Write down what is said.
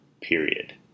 period